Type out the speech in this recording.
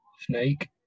Snake